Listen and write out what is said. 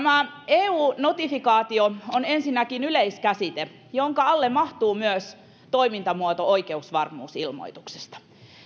eu notifikaatio on ensinnäkin yleiskäsite jonka alle mahtuu myös toimintamuoto oikeusvarmuusilmoituksesta